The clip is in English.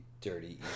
dirty